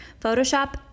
Photoshop